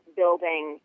building